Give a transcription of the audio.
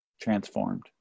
Transformed